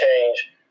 change